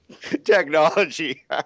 Technology